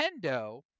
Nintendo